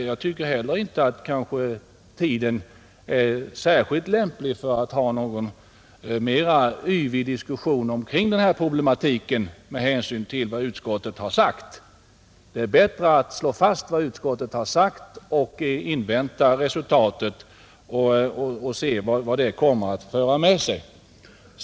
Jag tycker heller inte att tiden är särskilt lämplig för att ha någon mera yvig diskussion kring den här problematiken med hänsyn till vad utskottet har sagt. Det är bättre att slå fast vad utskottet uttalat och invänta resultatet, så får vi se vad det kommer att föra med sig.